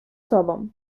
sobą